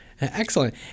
Excellent